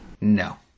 No